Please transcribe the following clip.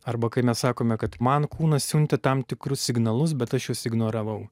arba kai mes sakome kad man kūnas siuntė tam tikrus signalus bet aš juos ignoravau